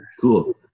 Cool